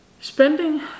spending